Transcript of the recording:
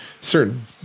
certain